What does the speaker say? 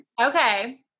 Okay